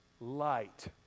light